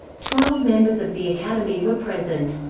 twelve members of the academy were present.